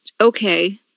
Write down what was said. okay